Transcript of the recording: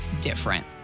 different